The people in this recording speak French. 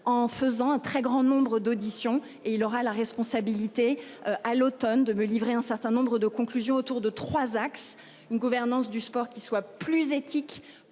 en faisant un très grand nombre d'auditions et il aura la responsabilité à l'Automne de me livrer un certain nombre de conclusions autour de 3 axes une gouvernance du sport qui soit plus éthique,